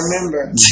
remember